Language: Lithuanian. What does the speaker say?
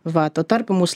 va tuo tarpu mus